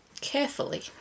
Carefully